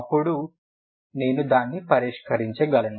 అప్పుడు నేను దాన్ని పరిష్కరించగలను